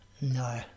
No